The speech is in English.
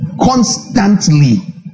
constantly